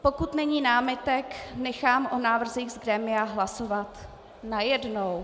Pokud není námitek, nechám o návrzích z grémia hlasovat najednou.